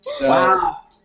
Wow